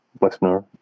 listener